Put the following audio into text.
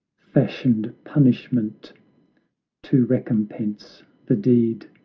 fashioned punishment to recompense the deed.